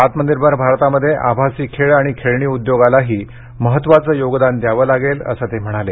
आत्मनिर्भर भारतामध्ये आभासी खेळ आणि खेळणी उद्योगालाही महत्त्वाचं योगदान द्यावं लागेल असं ते म्हणाले